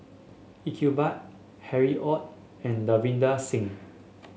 Iqbal Harry Ord and Davinder Singh